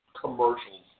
commercials